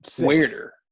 weirder